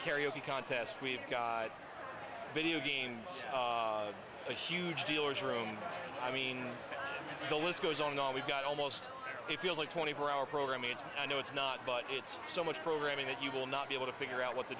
karaoke contest we've got video games a huge dealer's room i mean the list goes on all we've got almost it feels like twenty four hour program needs i know it's not but it's so much programming that you will not be able to figure out what to